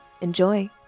enjoy